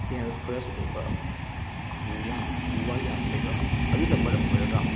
dense forms ꯑꯣꯏꯕ ꯎ ꯌꯥꯝ ꯎ ꯋꯥ ꯌꯥꯝ ꯂꯩꯕ ꯑꯗꯨꯅ ꯃꯔꯝ ꯑꯣꯏꯔꯒ